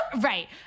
Right